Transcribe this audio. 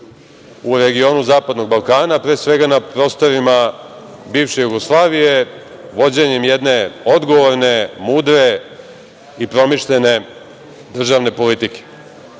u regionu Zapadnog Balkana, pre svega na prostorima bivše Jugoslavije, vođenjem jedne odgovorne, mudre i promišljene državne politike. Kao